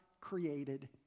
created